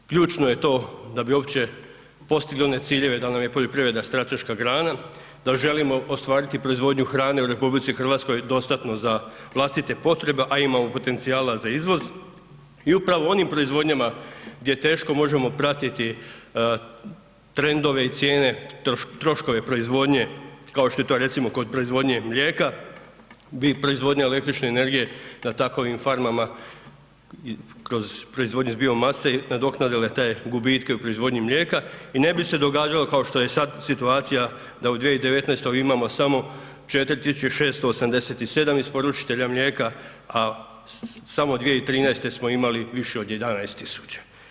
Ključno je to da bi uopće postigli one ciljeve da nam je poljoprivreda strateška grana, da želimo ostvariti proizvodnju hrane u RH dostatno za vlastite potrebe, a imamo potencijala za izvoz i upravo u onim proizvodnjama gdje teško možemo prati trendove i cijene, troškove proizvodnje kao što je to recimo kod proizvodnje mlijeka, bi proizvodnja električne energije na takovim farmama kroz proizvodnju iz biomase nadoknadile te gubitke u proizvodnji mlijeka i ne bi se događalo kao što je sad situacija da u 2019. imamo samo 4.687 isporučitelja mlijeka, a smo 2013. smo imali više od 11.000.